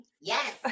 Yes